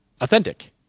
authentic